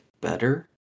better